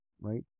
right